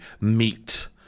meet